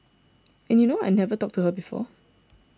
and you know I had never talked to her before